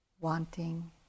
wanting